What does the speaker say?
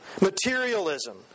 materialism